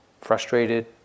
frustrated